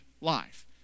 life